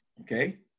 Okay